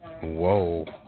Whoa